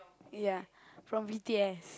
ya from b_t_s